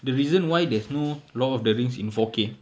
the reason why there's no lord of the rings in four K